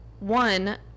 one